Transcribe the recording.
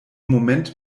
moment